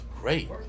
great